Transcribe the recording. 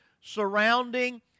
surrounding